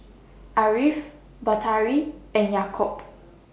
Ariff Batari and Yaakob